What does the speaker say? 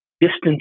distance